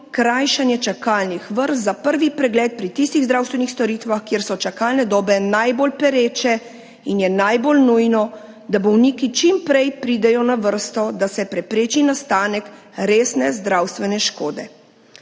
krajšanje čakalnih vrst za prvi pregled pri tistih zdravstvenih storitvah, kjer so čakalne dobe najbolj pereče in je najbolj nujno, da bolniki čim prej pridejo na vrsto, da se prepreči nastanek resne zdravstvene škode.